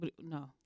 No